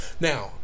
Now